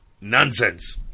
nonsense